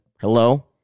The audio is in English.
Hello